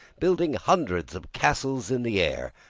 building hundreds of castles in the air.